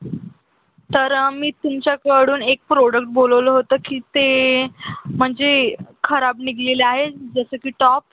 तर मी तुमच्याकडून एक प्रोडक्ट बोलवलं होतं की ते म्हणजे खराब निघालेले आहे जसं की टॉप